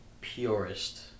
purest